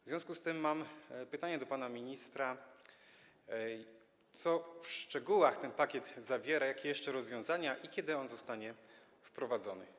W związku z tym mam pytanie do pana ministra: Co w szczegółach ten pakiet zawiera, jakie jeszcze rozwiązania i kiedy on zostanie wprowadzony?